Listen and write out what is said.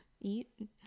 eat